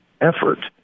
effort